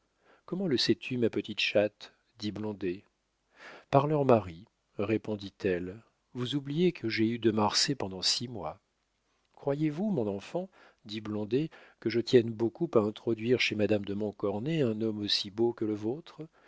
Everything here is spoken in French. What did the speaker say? comment le sais-tu ma petite chatte dit blondet par leurs maris répondit-elle vous oubliez que j'ai eu de marsay pendant six mois croyez-vous mon enfant dit blondet que je tienne beaucoup à introduire chez madame de montcornet un homme aussi beau que le vôtre